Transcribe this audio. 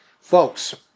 Folks